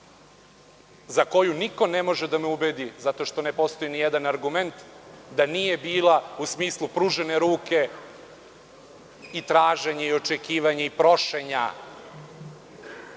za koju niko ne može da me ubedi, zato što ne postoji nijedan argument, da nije bila u smislu pružene ruke i traženja i očekivanja i prošenja.